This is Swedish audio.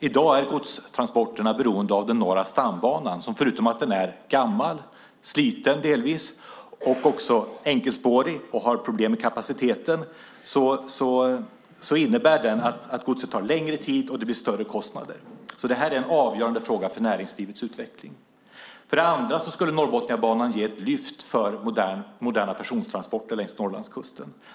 I dag är godtransporterna beroende av Norra stambanan, som är gammal, delvis sliten, enkelspårig och har problem med kapaciteten. Det innebär att det tar längre tid att transportera godset, och det blir större kostnader. Det här är en avgörande fråga för näringslivets utveckling. Norrbotniabanan skulle ge ett lyft för moderna persontransporter längs Norrlandskusten.